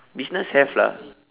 business have lah